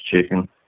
chicken